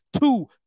two